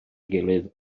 gilydd